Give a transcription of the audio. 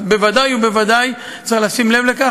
אז בוודאי ובוודאי צריך לשים לב לכך.